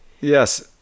Yes